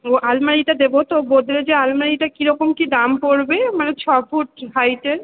ও আলমারিটা দেবো তো গোদরেজের আলমারিটা কী রকম কী দাম পড়বে মানে ছ ফুট হাইটের